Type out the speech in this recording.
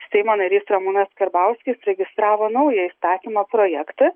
seimo narys ramūnas karbauskis registravo naują įstatymo projektą